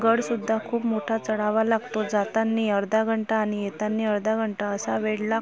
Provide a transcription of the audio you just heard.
गडसुद्धा खूप मोठा चढावा लागतो जाताना अर्धा घंटा आणि येताना अर्धा घंटा असा वेळ लागतो